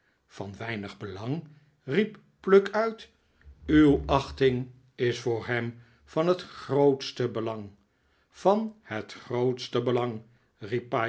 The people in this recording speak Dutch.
van weinig belang riep pluck uit uw achting is voor hem van het grootste belang van het grootste belang